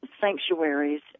sanctuaries